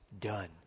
done